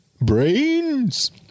Brains